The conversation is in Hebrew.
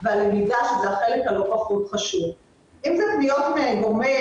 הנושא היום בוועדה יהיה על סקירת אגף